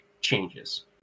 changes